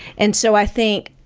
and so i think